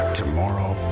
tomorrow